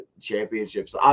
championships